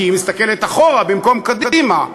כי היא מסתכלת אחורה במקום קדימה.